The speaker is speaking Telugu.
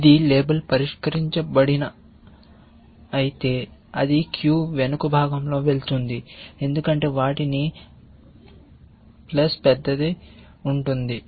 ఇది లేబుల్ పరిష్కరించబడినా అది క్యూ వెనుక భాగంలో వెళుతుంది ఎందుకంటే వాటికి ప్లస్ పెద్దది ఉంటుంది